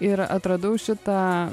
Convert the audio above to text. ir atradau šitą